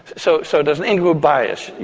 so so there's an in-group bias.